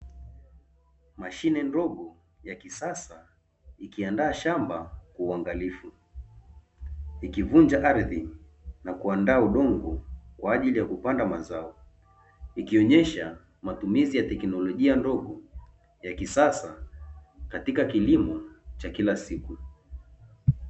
Mashine ndogo ya kisasa ikianda shamba kwa uangalivu, ikivunja ardhi na kuandaa udongo kwa ajili ya kupanda mazao, ikionyesha matumizi ya teknolojia ndogo ya kisasa katika kilimo cha kila siku.